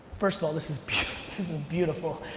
first of all, this is is ah beautiful.